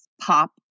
pop